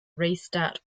restart